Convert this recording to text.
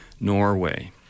norway